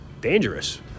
dangerous